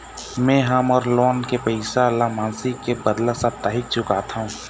में ह मोर लोन के पैसा ला मासिक के बदला साप्ताहिक चुकाथों